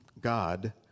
God